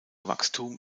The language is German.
wachstum